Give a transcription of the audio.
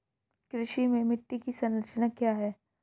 कृषि में मिट्टी की संरचना क्या है?